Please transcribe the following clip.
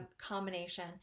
combination